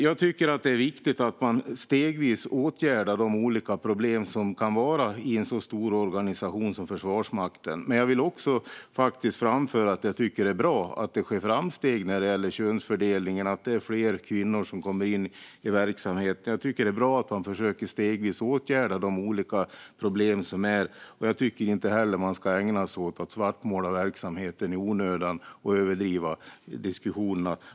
Jag tycker att det är viktigt att man stegvis åtgärdar de olika problem som kan finnas i en så stor organisation som Försvarsmakten. Men jag vill faktiskt också framföra att jag tycker att det är bra att det sker framsteg när det gäller könsfördelningen och att det är fler kvinnor som kommer in i verksamheten. Jag tycker att det är bra att man stegvis försöker åtgärda de problem som finns. Jag tycker inte heller att man ska ägna sig åt att svartmåla verksamheten i onödan och överdriva diskussionerna.